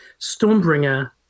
Stormbringer